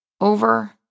over